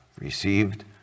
Received